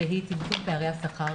שזה צמצום פערי השכר